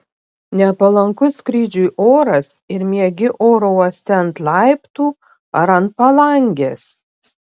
nepalankus skrydžiui oras ir miegi oro uoste ant laiptų ar ant palangės